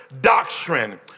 doctrine